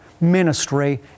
ministry